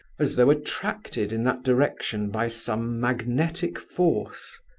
as though attracted in that direction by some magnetic force.